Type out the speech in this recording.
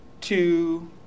two